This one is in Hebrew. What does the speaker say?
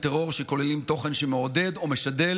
טרור שכוללים תוכן שמעודד או משדל